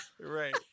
right